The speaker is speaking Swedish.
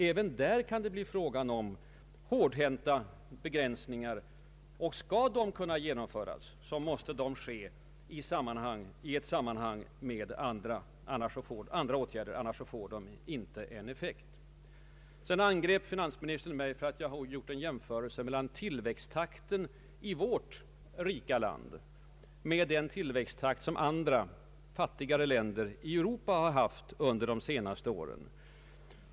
Även där kan det bli fråga om hårdhänta begränsningar, och för att dessa skall kunna genomföras måste det ske samtidigt med andra åtgärder. Annars får de inte avsedd effekt. Finansministern angrep mig för att jag gjorde en jämförelse mellan tillväxttakten i vårt rika land och den tillväxttakt som andra, fattigare länder i Europa har haft under de senaste åren.